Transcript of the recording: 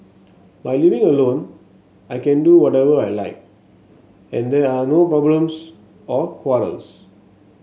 by living alone I can do whatever I like and there are no problems or quarrels